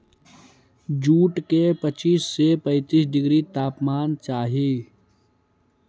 jute के पच्चीस से पैंतीस डिग्री सेल्सियस तापमान चाहहई